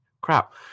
crap